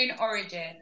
origin